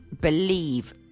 believe